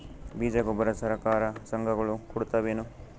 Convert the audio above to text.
ಬೀಜ ಗೊಬ್ಬರ ಸರಕಾರ, ಸಂಘ ಗಳು ಕೊಡುತಾವೇನು?